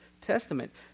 Testament